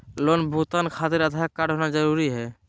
Loan भुगतान खातिर Aadhaar card होना जरूरी है?